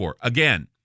Again